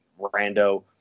rando